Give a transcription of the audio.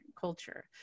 culture